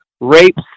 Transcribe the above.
rapes